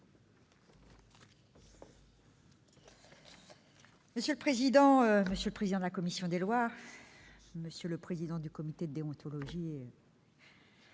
Monsieur le président, monsieur le président de la commission des lois, monsieur le président du comité de déontologie